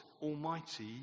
Almighty